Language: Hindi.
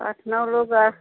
आठ नौ लोग और